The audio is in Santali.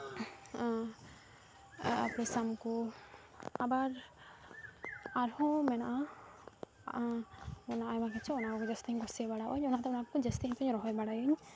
ᱟᱯᱮᱥᱟᱢ ᱠᱚ ᱟᱵᱟᱨ ᱟᱨᱦᱚᱸ ᱢᱮᱱᱟᱜᱼᱟ ᱟᱭᱢᱟ ᱠᱤᱪᱷᱩ ᱚᱱᱟ ᱠᱚᱜᱮ ᱡᱟᱹᱥᱛᱤᱧ ᱠᱩᱥᱤ ᱵᱟᱲᱟᱣᱟᱜ ᱟᱹᱧ ᱚᱱᱟ ᱫᱚ ᱚᱱᱟ ᱠᱚ ᱡᱟᱹᱥᱛᱤᱧ ᱨᱚᱦᱚᱭ ᱵᱟᱲᱟᱭᱟᱹᱧ